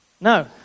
No